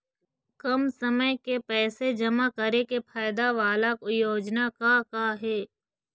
कम समय के पैसे जमा करे के फायदा वाला योजना का का हे?